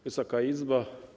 Wysoka Izbo!